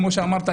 כמו שאמרת,